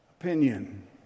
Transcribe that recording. opinion